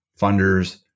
funders